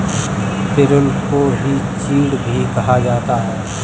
पिरुल को ही चीड़ भी कहा जाता है